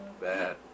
Bad